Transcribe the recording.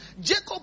jacob